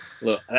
Look